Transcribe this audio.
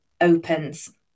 opens